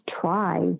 try